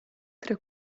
tra